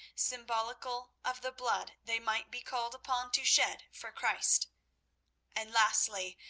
symbolical of the blood they might be called upon to shed for christ and lastly,